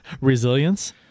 Resilience